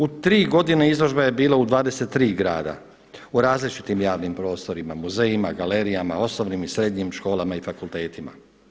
U tri godine izložba je bila u 23 grada u različitim javnim prostorima, muzejima, galerijama, osnovnim i srednjim školama i fakultetima.